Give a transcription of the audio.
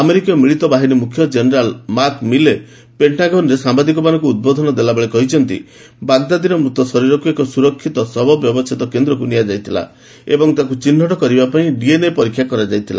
ଆମେରିକୀୟ ମିଳିତ ବାହିନୀ ମୁଖ୍ୟ ଜେନେରାଲ୍ ମାକ୍ ମିଲେ ପେଙ୍କାଗନ୍ରେ ସାମ୍ବାଦିକମାନଙ୍କୁ ଉଦ୍ବୋଧନ ଦେଲାବେଳେ କହିଛନ୍ତି ବାଗ୍ଦାଦିର ମୂତ ଶରୀରକୁ ଏକ ସୁରକ୍ଷିତ ଶବବ୍ୟବଚ୍ଛେଦ କେନ୍ଦ୍ରକୁ ନିଆଯାଇଥିଲା ଏବଂ ତାକୁ ଚିହ୍ନଟ କରିବା ପାଇଁ ଡିଏନ୍ଏ ପରୀକ୍ଷା କରାଯାଇଥିଲା